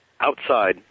outside